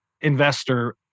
investor